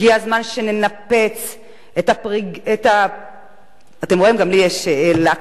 הגיע הזמן שננפץ את ה, אתם רואים, גם לי יש לפסוס,